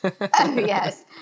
Yes